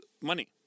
money